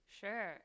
Sure